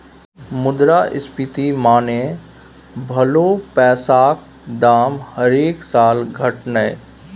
मुद्रास्फीति मने भलौ पैसाक दाम हरेक साल घटनाय